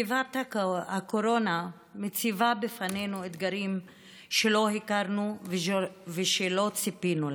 מגפת הקורונה מציבה בפנינו אתגרים שלא הכרנו ולא ציפינו להם.